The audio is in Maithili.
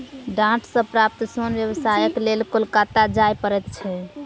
डांट सॅ प्राप्त सोन व्यवसायक लेल कोलकाता जाय पड़ैत छै